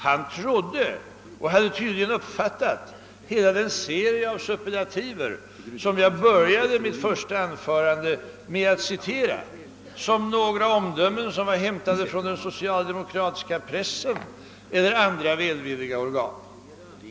Han trodde, att hela den serie av superlativer som jag i början av mitt anförande citerade var omdömen som jag hade hämtat från den socialdemokratiska pressen eller andra välvilliga organ.